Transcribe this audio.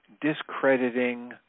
discrediting